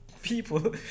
People